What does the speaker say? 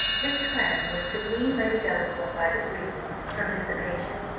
his plan was to wean lady delacour by degrees from dissipation,